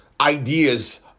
ideas